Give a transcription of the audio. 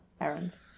errands